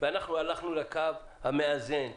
אנחנו הלכנו לקו המאזן,